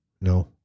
no